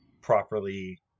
properly